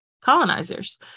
colonizers